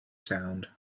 sound